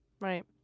Right